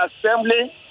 assembly